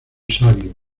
sabio